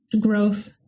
Growth